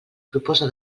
propose